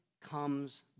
comes